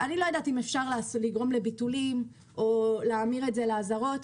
אני לא יודעת אם אפשר לגרום לביטולים או להמיר את זה לאזהרות,